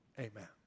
Amen